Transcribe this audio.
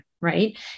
right